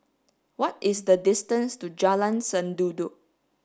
what is the distance to Jalan Sendudok